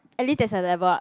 at least there's a level up